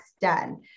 Done